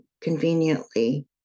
conveniently